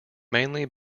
mainly